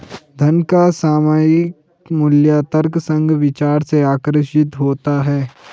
धन का सामयिक मूल्य तर्कसंग विचार से आकर्षित होता है